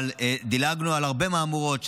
אבל דילגנו על הרבה מהמורות שהיו,